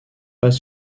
pas